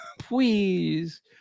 Please